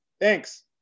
Thanks